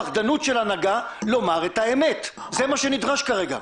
פחדנות של הנהגה לומר את האמת, זה מה שנדרש כרגע.